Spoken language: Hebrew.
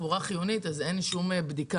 התחבורה בעיקר בכל מה שקשור בהסעות פרטיות.